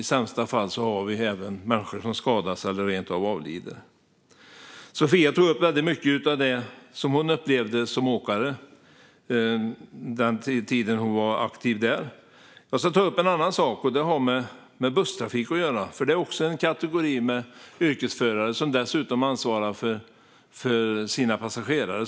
I sämsta fall är det människor som skadas eller rent av avlider. Sofia tog upp väldigt mycket av det som hon upplevde som åkare under den tid hon var aktiv där. Jag ska ta upp en annan sak, och det har med busstrafik att göra. Bussförarna är också en kategori av yrkesförare. De har dessutom ansvar för sina passagerare.